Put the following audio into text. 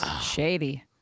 shady